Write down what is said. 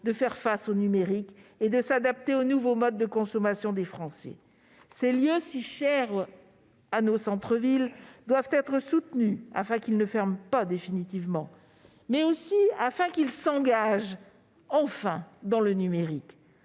de faire face au numérique et de s'adapter aux nouveaux modes de consommation des Français. Ces lieux, si chers à nos centres-villes, doivent être soutenus, afin qu'ils ne ferment pas définitivement, mais aussi afin qu'ils s'engagent, enfin, dans le numérique.